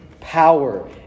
power